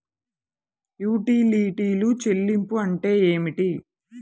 యుటిలిటీల చెల్లింపు అంటే ఏమిటి?